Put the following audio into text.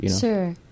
Sure